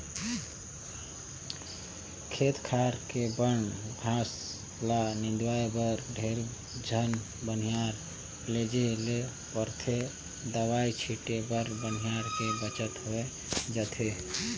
खेत खार के बन घास ल निंदवाय बर ढेरे झन बनिहार लेजे ले परथे दवई छीटे बर बनिहार के बचत होय जाथे